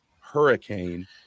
Hurricane